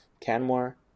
Canmore